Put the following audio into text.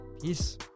peace